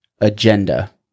Agenda